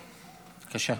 בבקשה.